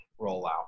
rollout